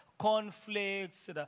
conflicts